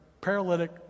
paralytic